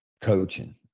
coaching